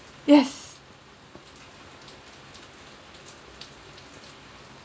yes